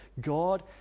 God